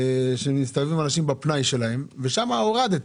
שם הורדת.